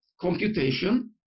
Computation